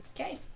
Okay